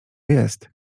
jest